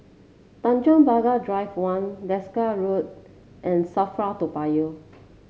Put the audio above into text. Tanjong Pagar Drive One Desker Road and Safra Toa Payoh